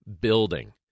building